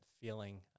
feeling